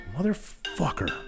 motherfucker